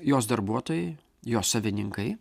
jos darbuotojai jos savininkai